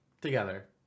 together